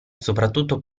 soprattutto